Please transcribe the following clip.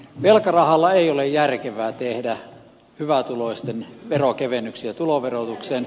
velkarahalla ei ole järkevää tehdä hyvätuloisten veron kevennyksiä tuloverotukseen